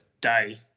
day